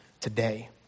today